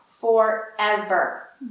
forever